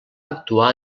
actuar